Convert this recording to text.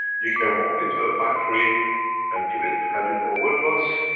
you can walk into a factory and give it, hand it over to us,